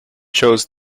chose